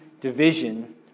division